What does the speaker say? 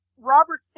robert